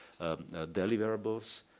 deliverables